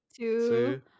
two